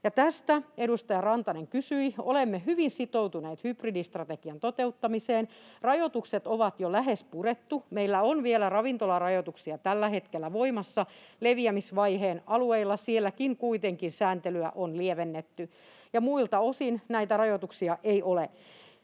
Tästä edustaja Rantanen kysyi. Olemme hyvin sitoutuneet hybridistrategian toteuttamiseen. Rajoitukset on jo lähes purettu. Meillä on vielä ravintolarajoituksia tällä hetkellä voimassa leviämisvaiheen alueilla. Sielläkin kuitenkin sääntelyä on lievennetty, ja muilta osin näitä rajoituksia ei ole.